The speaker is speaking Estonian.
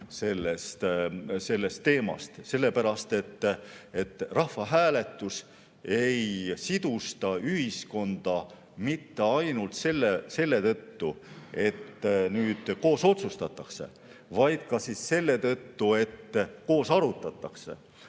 sellest teemast. Sellepärast et rahvahääletus ei sidusta ühiskonda mitte ainult selle tõttu, et nüüd koos otsustatakse, vaid ka selle tõttu, et koos arutatakse,